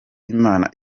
imana